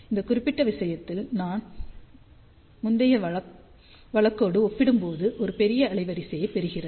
இந்த குறிப்பிட்ட விஷயத்தில் நாம் முந்தைய வழக்கோடு ஒப்பிடும்போது ஒரு பெரிய அலைவரிசையைப் பெறுகிறது